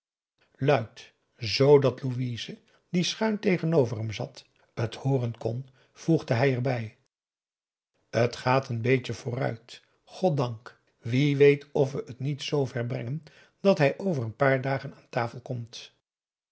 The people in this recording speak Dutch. z dat louise die schuin tegenover hem zat het hooren kon voegde hij erbij het gaat n beetje vooruit goddank wie weet of we het niet zver brengen dat hij over een paar dagen aan tafel komt